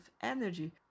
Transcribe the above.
energy